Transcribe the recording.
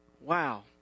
Wow